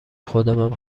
خودمم